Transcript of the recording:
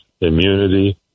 immunity